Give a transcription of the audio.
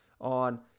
on